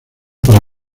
para